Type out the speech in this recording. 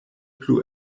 plu